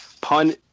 Pun